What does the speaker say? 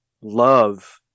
love